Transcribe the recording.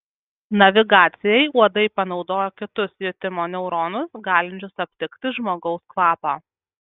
navigacijai uodai panaudojo kitus jutimo neuronus galinčius aptikti žmogaus kvapą